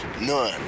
None